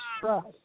trust